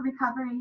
recovery